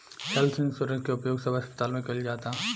health insurance के उपयोग सब अस्पताल में कईल जाता